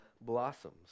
blossoms